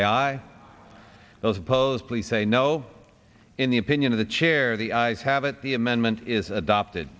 aye those opposed please say no in the opinion of the chair the eyes have it the amendment is adopted